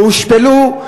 שהושפלו,